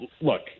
look